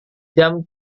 jam